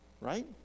Right